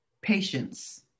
Patience